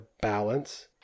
balance